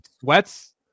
sweats